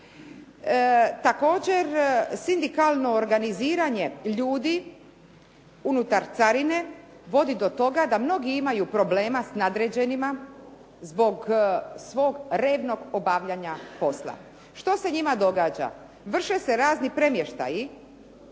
Također, sindikalno organiziranje unutar carine vodi do toga da mnogi imaju problema s nadređenima zbog svog revnog obavljanja posla. Što se njima događa? Vrše razni premještaji,